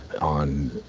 On